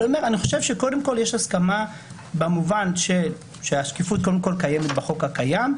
קודם כול יש הסכמה במובן שהשקיפות קיימת בחוק הקיים,